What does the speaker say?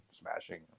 smashing